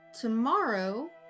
Tomorrow